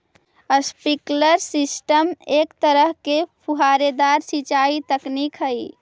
sprinkler system एक तरह के फुहारेदार सिंचाई तकनीक हइ